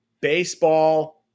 baseball